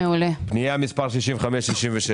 מי בעד אישור פנייה מספר 65 ו-66?